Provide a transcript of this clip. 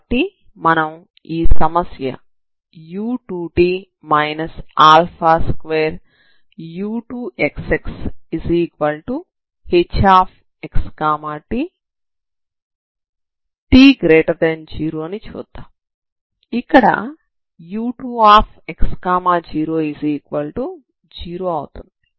కాబట్టి మనం ఈ సమస్య u2t 2u2xxhxtx∈R t0 ని చూద్దాం ఇక్కడ u2x00 అవుతుంది